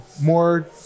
more